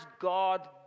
God